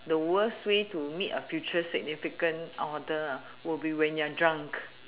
the worst way to meet a future significant other ah will be when you're drunk